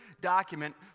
document